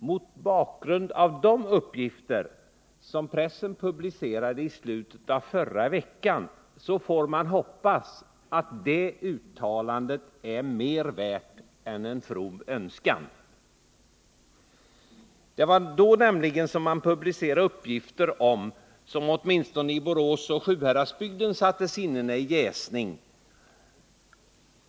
Med tanke på de uppgifter som pressen publicerade i slutet av förra veckan får man hoppas att detta är mera värt än en from önskan. Då publicerades nämligen uppgifter, som åtminstone i Borås och Sjuhäradsbygden satte sinnena i jäsning.